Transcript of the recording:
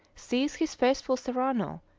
seize his faithful serrano,